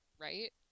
right